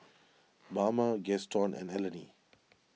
Bama Gaston and Eleni